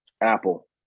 Apple